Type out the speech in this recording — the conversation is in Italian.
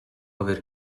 aver